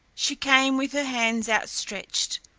she came with her hands outstretched,